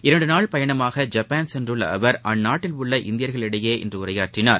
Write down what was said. இரண்டு நாள் பயணமாக ஜப்பான் சென்றுள்ள அவர் அந்நாட்டில் உள்ள இந்தியர்களிடையே இன்று உரையாற்றினார்